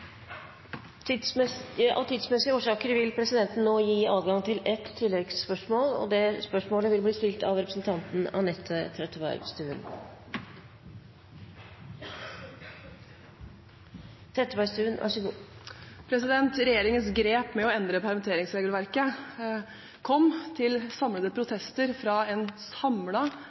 Av tidsmessige årsaker vil presidenten nå gi adgang til ett tilleggsspørsmål. – Anette Trettebergstuen. Regjeringens grep med å endre permitteringsregelverket førte til protester fra en samlet arbeidstakerside og en samlet arbeidsgiverside – nettopp fordi det er et tiltak som fører til flere oppsigelser i en